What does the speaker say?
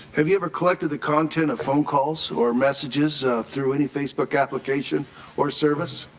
have you ever collected content of phone calls or messages through any facebook application or service?